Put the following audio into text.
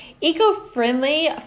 eco-friendly